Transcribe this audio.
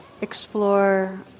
explore